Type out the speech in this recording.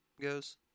goes